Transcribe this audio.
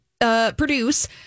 produce